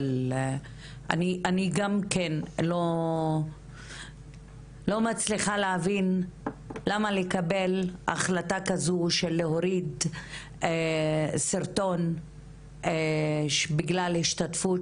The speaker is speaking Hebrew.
אני גם לא מצליחה להבין למה לקבל החלטה כזאת של להוריד סרטון בגלל השתתפות